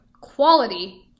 quality